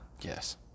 Yes